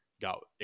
got